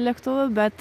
lėktuvų bet